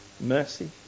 mercy